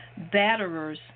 batterers